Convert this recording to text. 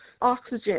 oxygen